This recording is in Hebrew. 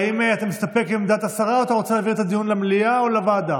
האם אתה מסתפק בעמדת השרה או שאתה רוצה דיון במליאה או בוועדה?